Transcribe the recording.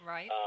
Right